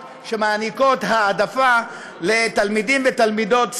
שמעניקות העדפה לתלמידים ותלמידות,